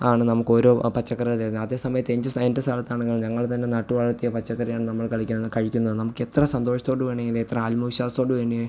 ആണ് നമുക്ക് ഓരോ ആ പച്ചക്കറികൾ തരുന്നത് അതേ സമയത്ത് എൻ്റെ സ്ഥലത്താണെങ്കിൽ ഞങ്ങൾ തന്നെ നട്ട് വളർത്തിയ പച്ചക്കറിയാണ് നമ്മൾ കളിക്കുന്നത് കഴിക്കുന്നത് നമുക്ക് എത്ര സന്തോഷത്തോട് വേണമെങ്കിൽ അത്ര ആത്മവിശ്വാസത്തോട് വേണമെങ്കിൽ